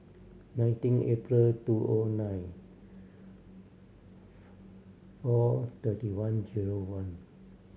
nineteen April two O nine four thirty one zero one